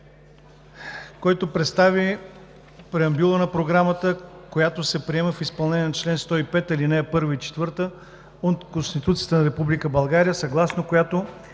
който представи преамбюла на Програмата, която се приема в изпълнение на чл. 105, ал. 1 и 4 от Конституцията на Република България, съгласно която